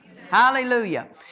Hallelujah